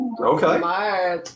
okay